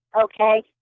okay